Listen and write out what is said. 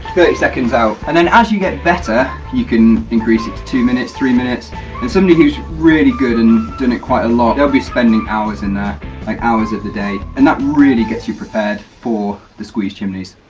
thirty seconds out and then as you get better you can increase it to two minutes three minutes and somebody who's really good and and done it quite a lot they'll be spending hours in there like hours of the day and that really gets you prepared for the squeeze chimneys.